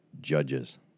judges